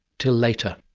till later.